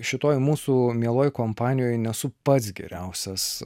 šitoj mūsų mieloj kompanijoje nesu pats geriausias